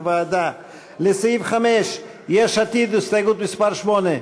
לסעיף 5, הסתייגות מס' 8,